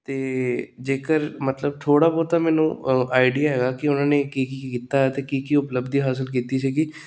ਅਤੇ ਜੇਕਰ ਮਤਲਬ ਥੋੜ੍ਹਾ ਬਹੁਤਾ ਮੈਨੂੰ ਆਈਡੀਆ ਹੈਗਾ ਕਿ ਉਹਨਾਂ ਨੇ ਕੀ ਕੀ ਕੀਤਾ ਅਤੇ ਕੀ ਕੀ ਉਪਲਬਧੀ ਹਾਸਲ ਕੀਤੀ ਸੀਗੀ